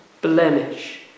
blemish